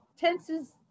tenses